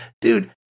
Dude